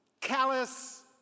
callous